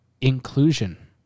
Inclusion